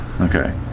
okay